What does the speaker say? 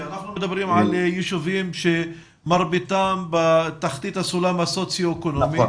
אנחנו מדברים על ישובים שמרביתם בתחתית הסולם סוציו אקונומי,